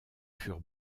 furent